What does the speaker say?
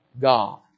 God